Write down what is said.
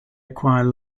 acquire